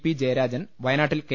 P Jayarajan വയനാട്ടിൽ K